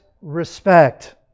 respect